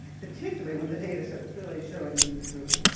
particularly when the data so clearly show it isn't true?